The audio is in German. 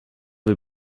wir